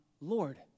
Lord